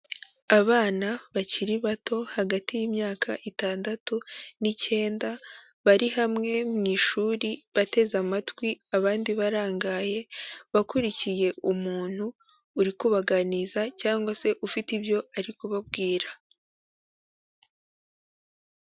Abana bakiri bato hagati y'imyaka itandatu ni'icyenda, bari hamwe mu ishuri bateze amatwi abandi barangaye, bakurikiye umuntu uri kubaganiriza cyangwa se ufite ibyo ari kubabwira.